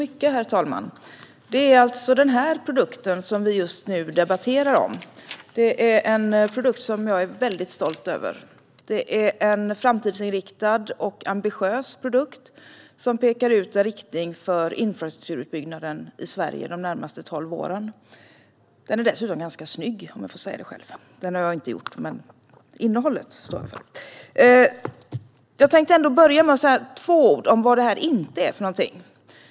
Herr talman! Vi debatterar alltså den här produkten - propositionen - som jag nu visar för kammarens ledamöter. Det är en produkt som jag är väldigt stolt över. Det är en framtidsinriktad och ambitiös produkt, som pekar ut en riktning för infrastrukturutbyggnaden i Sverige de närmaste tolv åren. Den är dessutom ganska snygg - om jag får säga det själv. Jag har inte stått för utseendet, men innehållet står jag för. Jag tänker börja med att säga två saker om vad det här inte är.